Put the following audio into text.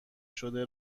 شده